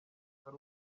hari